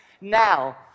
Now